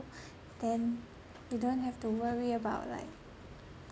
then you don't have to worry about like